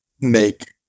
make